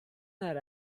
that